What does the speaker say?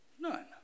None